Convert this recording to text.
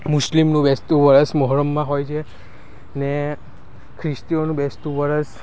મુસ્લિમનું બેસતું વરસ મોહરમમાં હોય છે ને ખ્રિસ્તીઓનું બેસતું વર્ષ